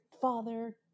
father